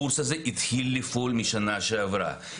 הקורס הזה התחיל לפעול משנה שעברה.